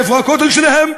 איפה הכותל שלהם.